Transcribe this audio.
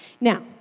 Now